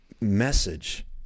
message